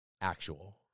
Actual